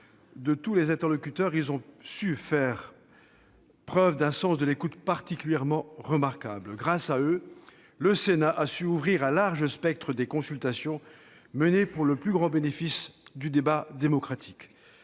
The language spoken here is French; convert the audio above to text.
de tous leurs interlocuteurs, ils ont su faire preuve d'un sens de l'écoute particulièrement remarquable. Grâce à eux, le Sénat a su ouvrir à un large spectre les consultations menées pour le plus grand bénéfice du débat démocratique.